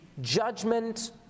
judgment